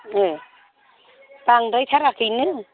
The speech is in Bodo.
ए बांद्रायथाराखैनो